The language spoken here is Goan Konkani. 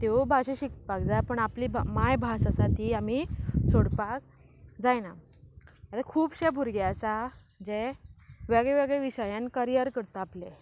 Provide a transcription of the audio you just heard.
त्योय भाशा शिकपाक जाय पूण आपली भा मायभास आसा ती आमी सोडपाक जायना आतां खुबशे भुरगे आसा जे वेगळे वेगळे विशयान करियर करता आपलें